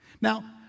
Now